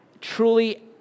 truly